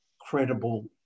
credible